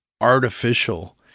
artificial